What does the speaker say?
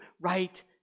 right